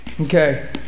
Okay